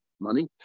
money